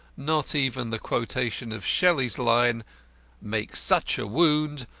not even the quotation of shelley's line makes such a wound,